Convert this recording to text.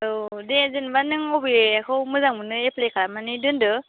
औ दे जेनेबा नों अबेखौ मोजां मोनो एप्लाय खालामनानै दोनदो